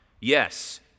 Yes